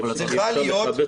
צריכה להיות אכיפה.